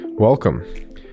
Welcome